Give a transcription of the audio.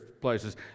places